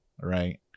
right